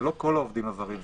זה לא כל העובדים הזרים.